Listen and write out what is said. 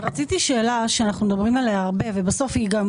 לשאול שאלה שאנחנו מדברים עליה הרבה ובסוף היא גם